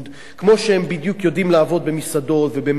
בדיוק כמו שהם יודעים לעבוד במסעדות ובמלונות,